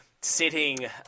sitting